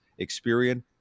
Experian